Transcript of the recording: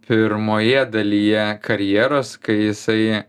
pirmoje dalyje karjeros kai jisai